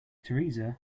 teresa